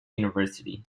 university